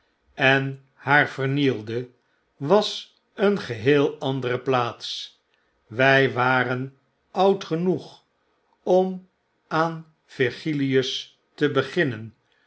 en haar vernielde was een geheel andere plaats wy waren oud genoeg om aan virgilius te beginnen